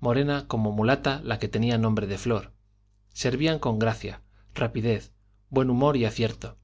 morena como mulata la que tenía nombre de flor servían con gracia rapidez buen humor y acierto